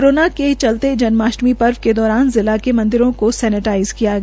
corona के चलते जन्माष्टमी पर्व के दौरान जिला के मंदिरों को सेनेटाइज किया गया